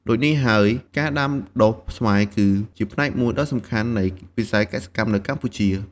ដូចនេះហើយ ការដាំដុះស្វាយគឺជាផ្នែកមួយដ៏សំខាន់នៃវិស័យកសិកម្មនៅកម្ពុជា។